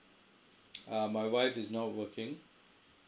err my wife is not working